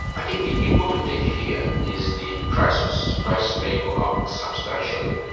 i think the important thing here is the prices, prices may go up substantially.